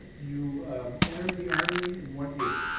you entered the army in what year?